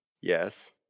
Yes